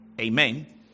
Amen